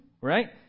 right